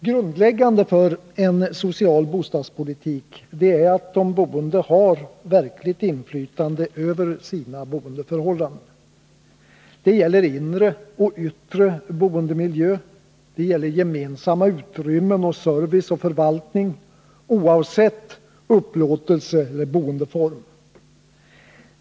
Grundläggande för en social bostadspolitik är att de boende har verkligt inflytande över sina boendeförhållanden. Det gäller inre och yttre boendemiljö, gemensamma utrymmen och service och förvaltning oavsett upplåtelseeller boendeform.